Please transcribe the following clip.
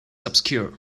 obscure